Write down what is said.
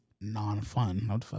non-fun